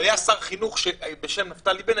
היה שר חינוך בשם נפתלי בנט,